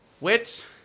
wits